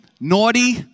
naughty